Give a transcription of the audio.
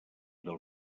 del